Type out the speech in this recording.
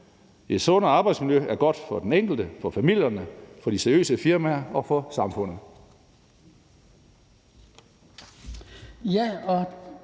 Et sundere arbejdsmiljø er godt for den enkelte, for familierne, for de seriøse firmaer og for samfundet.